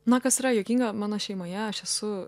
na kas yra juokinga mano šeimoje aš esu